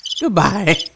Goodbye